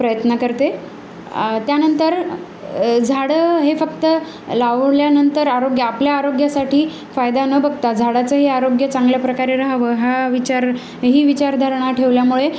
प्रयत्न करते त्यानंतर झाडं हे फक्त लावल्यानंतर आरोग्य आपल्या आरोग्यासाठी फायदा न बघता झाडाचंही आरोग्य चांगल्या प्रकारे राहावं हा विचार ही विचारधारणा ठेवल्यामुळे